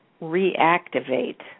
reactivate